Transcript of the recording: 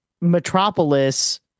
metropolis